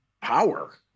power